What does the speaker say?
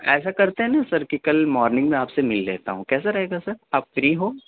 ایسا کرتے ہیں نا سر کہ کل مارننگ میں آپ سے مل لیتا ہوں کیسا رہے گا سر آپ فری ہو